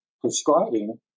prescribing